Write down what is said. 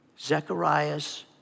Zechariah's